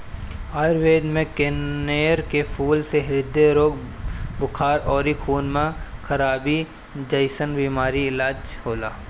आयुर्वेद में कनेर के फूल से ह्रदय रोग, बुखार अउरी खून में खराबी जइसन बीमारी के इलाज होला